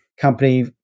company